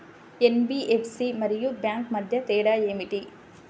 NBFC మరియు bank మధ్య తేడా ఏమిటి?